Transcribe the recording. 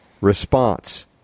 response